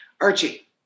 Archie